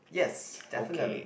yes definitely